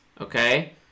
okay